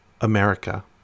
America